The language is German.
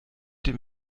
dem